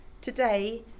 Today